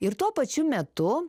ir tuo pačiu metu